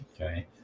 Okay